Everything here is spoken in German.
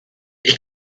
ich